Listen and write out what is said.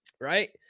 right